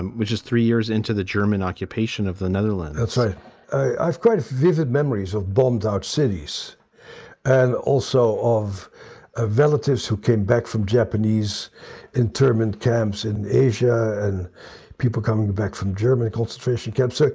and which is three years into the german occupation of the netherlands that's so right. quite ah vivid memories of bombed out cities and also of a relative's who came back from japanese internment camps in asia and people coming back from german concentration camps. ah